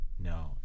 No